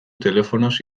telefonoz